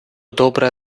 добре